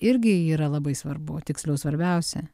irgi yra labai svarbu tiksliau svarbiausia